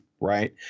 right